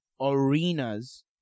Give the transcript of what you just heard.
Arenas